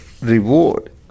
reward